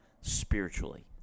spiritually